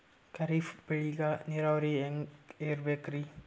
ಖರೀಫ್ ಬೇಳಿಗ ನೀರಾವರಿ ಹ್ಯಾಂಗ್ ಇರ್ಬೇಕರಿ?